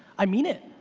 i mean it.